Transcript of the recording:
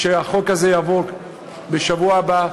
ושהחוק הזה יעבור בשבוע הבא,